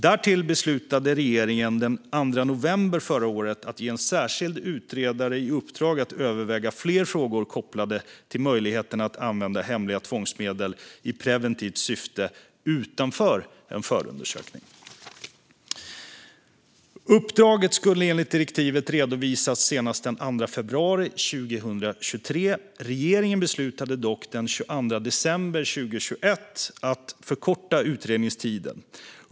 Därtill beslutade regeringen den 2 november förra året att ge en särskild utredare i uppdrag att överväga fler frågor kopplade till möjligheterna att använda hemliga tvångsmedel i preventivt syfte utanför en förundersökning. Uppdraget skulle enligt direktivet redovisas senast den 2 februari 2023. Regeringen beslutade dock den 22 december 2021 att förkorta utredningstiden.